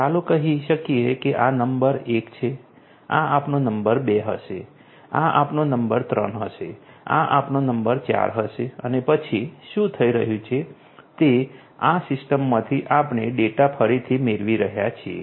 ચાલો કહી શકીએ કે આ નંબર એક છે આ આપણો નંબર બે હશે આ આપણો નંબર ત્રણ હશે આ આપણો નંબર ચાર હશે અને પછી શું થઈ રહ્યું છે તે આ સિસ્ટમમાંથી આપણે ડેટા ફરીથી મેળવી રહ્યા છીએ